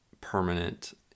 permanent